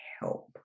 help